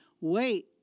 wait